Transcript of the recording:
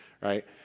right